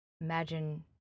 Imagine